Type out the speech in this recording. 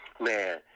man